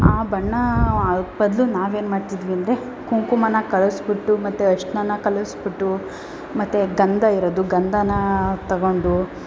ಆ ಬಣ್ಣ ಅದ್ಕೆ ಬದಲು ನಾವೇನು ಮಾಡ್ತಿದ್ವಿ ಅಂದರೆ ಕುಂಕುಮನ ಕಲಸಿಬಿಟ್ಟು ಮತ್ತು ಅರಿಶ್ಣನ ಕಲಸಿಬಿಟ್ಟು ಮತ್ತು ಗಂಧ ಇರೋದು ಗಂಧನ ತೊಗೊಂಡು